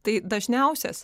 tai dažniausias